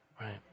right